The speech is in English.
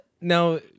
now